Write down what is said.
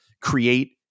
create